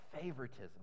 favoritism